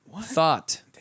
thought